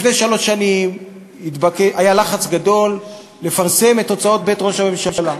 לפני שלוש שנים היה לחץ גדול לפרסם את הוצאות בית ראש הממשלה.